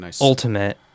ultimate